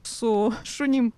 su šunim